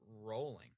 rolling